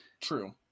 True